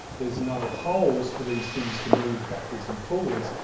there's no holes for these things to move backwards and forwards,